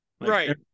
Right